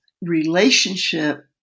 relationship